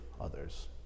others